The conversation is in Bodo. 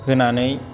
होनानै